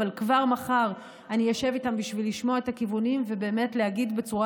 אבל כבר מחר אני אשב איתם בשביל לשמוע את הכיוונים ובאמת להגיד בצורה